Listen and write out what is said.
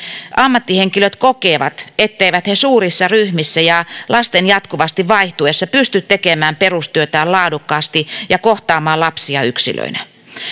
ammattihenkilöt kokevat etteivät he suurissa ryhmissä ja lasten jatkuvasti vaihtuessa pysty tekemään perustyötään laadukkaasti ja kohtaamaan lapsia yksilöinä